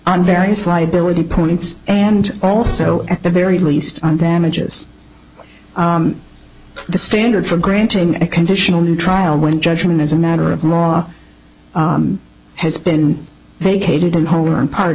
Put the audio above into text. on various liability points and also at the very least on damages the standard for granting a conditional new trial when judgment as a matter of law has been vacated in whole or in part